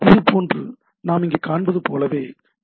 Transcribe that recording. இது போன்ற இங்கே நாம் காண்பது போலவே டி